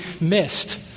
missed